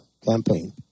campaign